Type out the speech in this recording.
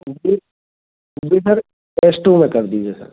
जी जी sir S two में कर दीजिए सर